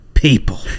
People